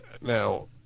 Now